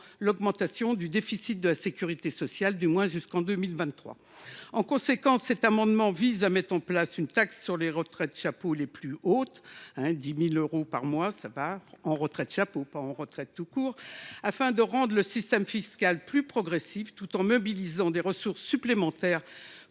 l’augmentation du déficit de la sécurité sociale, du moins jusqu’en 2023. En conséquence, cet amendement vise à mettre en place une taxe sur les retraites chapeaux les plus hautes – 10 000 euros par mois, ce n’est pas rien – afin de rendre le système fiscal plus progressif tout en mobilisant des ressources pour